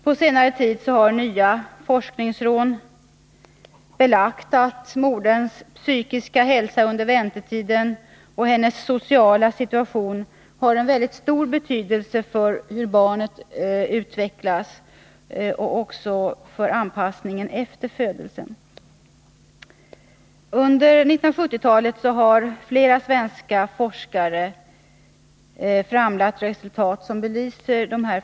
På senare tid har nya forskningsrön belagt att moderns psykiska hälsa under väntetiden och hennes sociala situation har mycket stor betydelse för barnets utveckling och anpassning efter födelsen. Under 1970-talet har flera svenska forskare framlagt resultat som belyser detta.